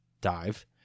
dive